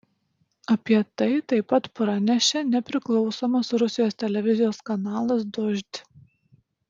apie tai taip pat pranešė nepriklausomas rusijos televizijos kanalas dožd